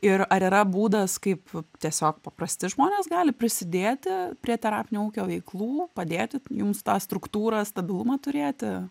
ir ar yra būdas kaip tiesiog paprasti žmonės gali prisidėti prie terapinio ūkio veiklų padėti jums tą struktūrą stabilumą turėti